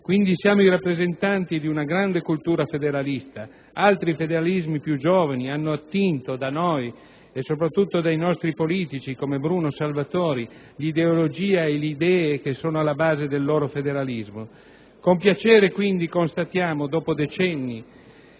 Quindi, siamo i rappresentanti di una grande cultura federalista. Altri federalismi più giovani hanno attinto da noi e soprattutto dai nostri politici, come Bruno Salvatori, l'ideologia e le idee che sono alla base del loro federalismo. Con piacere, quindi, constatiamo dopo decenni